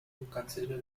consider